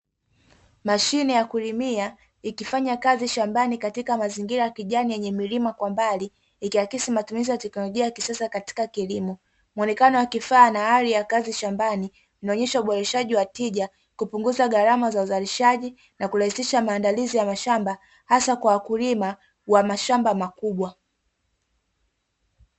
Mashine ya kulimia ikifanya kazi shambani katika mazingira ya kijani yenye milima kwa mbali, ikiakisi matumizi ya teknolojia ya kisasa katika kilimo. Muonekano wa kifaa na ari ya kazi shambani inaonesha uboreshaji wa tija, kupunguza gharama za uzalishaji na kurahisisha maandalizi ya mashamba hasa kwa wakulima wa mashamba makubwa.